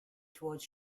towards